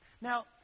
Now